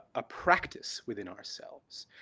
a practice within ourselves,